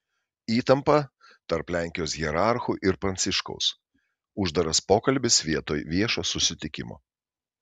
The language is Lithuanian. įtampa tarp lenkijos hierarchų ir pranciškaus uždaras pokalbis vietoj viešo susitikimo